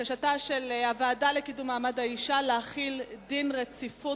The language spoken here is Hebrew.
בקשתה של הוועדה לקידום מעמד האשה להחיל דין רציפות